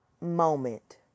moment